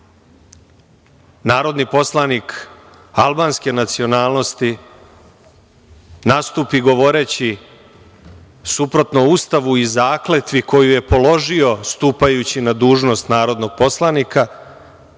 narodni poslanik albanske nacionalnosti nastupi govoreći suprotno Ustavu i zakletvi koju je položio stupajući na dužnost narodnog poslanika,